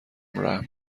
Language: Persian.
رحم